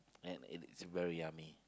and it is very yummy